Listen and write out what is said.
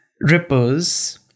rippers